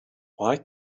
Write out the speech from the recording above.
why